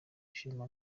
ishema